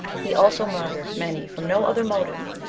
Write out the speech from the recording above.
he also murdered many from no other motive,